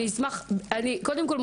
קודם כל,